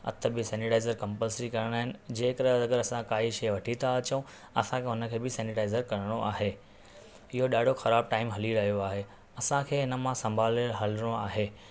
हथ बि sanitizer compulsory करिणा आहिनि जेकर अगरि असां काई शइ वठी था अचूं असांखे हुन खे बि सेनीटाइज़र करिणो आहे इहो ॾाढो ख़राब टाइम हली रहियो आहे असांखे हिन मां संभाले हलिणो आहे